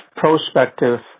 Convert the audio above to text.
prospective